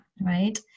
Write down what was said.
Right